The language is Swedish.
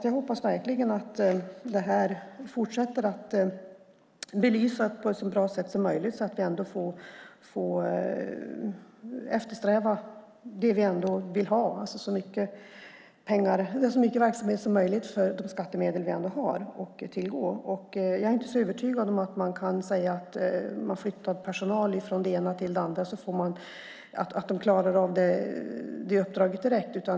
Jag hoppas verkligen att vi fortsätter att belysa frågan på ett så bra sätt som möjligt så att vi kan eftersträva det vi vill ha, det vill säga så mycket verksamhet som möjligt för de skattemedel vi har att tillgå. Jag är inte så övertygad om att när personal flyttas från ett ställe till ett annat att de klarar av uppdraget direkt.